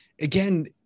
again